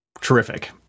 terrific